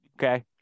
Okay